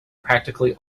practically